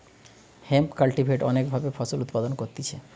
hemp cultivate অনেক ভাবে ফসল উৎপাদন করতিছে